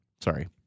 Sorry